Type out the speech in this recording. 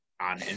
on